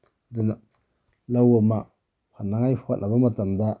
ꯑꯗꯨꯅ ꯂꯧ ꯑꯃ ꯐꯅꯉꯥꯏ ꯍꯣꯠꯅꯕ ꯃꯇꯝꯗ